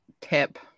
tip